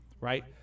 right